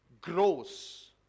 grows